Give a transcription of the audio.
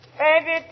baby